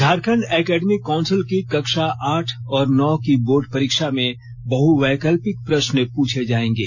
Jharkhand academic council की कक्षा आठ और नौ की बोर्ड परीक्षा में बहवैकल्पिक प्रश्न पूछे जाएंगे